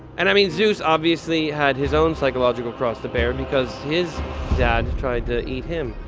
and i mean, zeus obviously had his own psychological cross to bear because his dad tried to eat him.